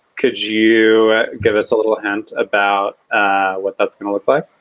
could you give us a little hint about ah what it's going to look but